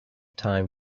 time